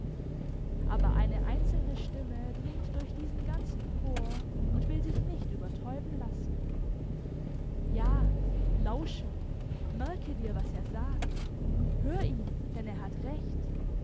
aber eine einzelne stimme dringt durch diesen ganzen chor und will sich nicht übertäuben lassen ja lausche merke dir was er sagt hör ihn denn er hat recht